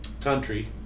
country